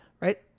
right